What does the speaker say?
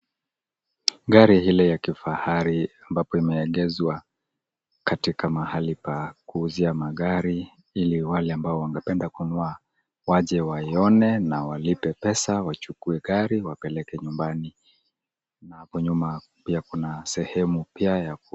Gari hili la kifahari ambapo imeegezwa katika mahali pa kuuzuia magari ili wale ambao wangependa kununua waje waione na walipe pesa na wachukue gari wapeleke nyumbani. Na hapo nyuma pia kuna sehemu ya ia ya maegesho.